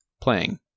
playing